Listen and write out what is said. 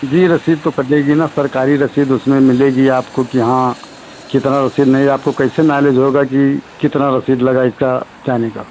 जी रसीद तो कटेगी न सरकारी रसीद उसमें मिलेगी आपको कि हाँ कितना रसीद नहीं आपको कैसे नालेज होगा कि कितना रसीद लगा इसका जाने का